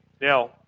Now